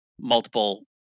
multiple